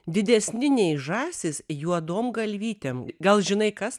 didesni nei žąsys juodom galvytėm gal žinai kas